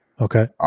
Okay